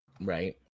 Right